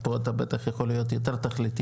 אז פה אתה איך יכול להיות יותר תכליתי